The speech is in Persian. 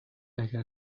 اگر